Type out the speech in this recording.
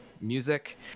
music